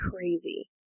crazy